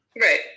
Right